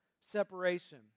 separation